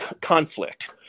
conflict